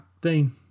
Dean